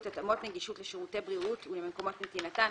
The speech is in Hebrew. (התאמות נגישות לשירותי בריאות ולמקומות נתינתם),